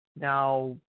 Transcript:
Now